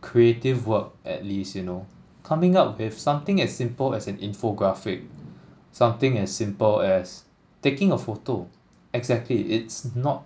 creative work at least you know coming up with something as simple as an infographic something as simple as taking a photo exactly it's not